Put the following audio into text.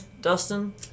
Dustin